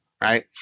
right